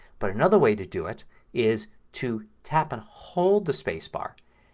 but another way to do it is to tap and hold the spacebar,